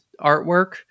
artwork